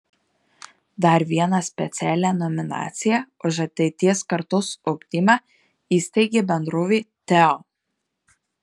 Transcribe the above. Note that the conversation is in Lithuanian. dar vieną specialią nominaciją už ateities kartos ugdymą įsteigė bendrovė teo